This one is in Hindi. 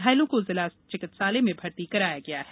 घायलों को जिला चिकित्सालय में भर्ती कराया गया है